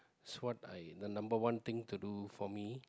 is what I the number one thing to do for me